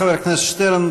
תודה, חבר הכנסת שטרן.